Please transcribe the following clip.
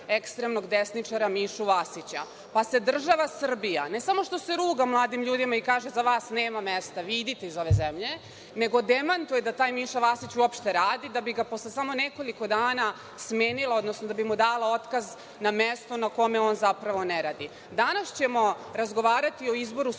ekstremnog desničara Mišu Vasića. Pa se država Srbija, ne samo što se ruga mladim ljudima i kaže – za vas nema mesta, idite iz ove zemlje, nego demantuje da taj Miša Vasić uopšte radi, da bi ga posle samo nekoliko dana smenila, odnosno da bi mu dala otkaz na mesto na kome on zapravo ne radi. Danas ćemo razgovarati o izboru